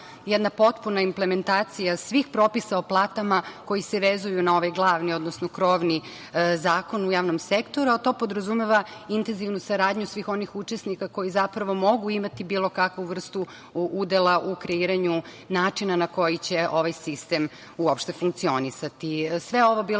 jedna potpuna implementacija svih propisa o platama koji se vezuju na ovaj glavni, odnosno krovni zakon u javnom sektoru, a to podrazumeva intenzivnu saradnju svih onih učesnika koji zapravo mogu imati bilo kakvu vrstu udela u kreiranju načina na koji će ovaj sistem uopšte funkcionisati. Sve ovo bilo